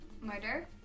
Murder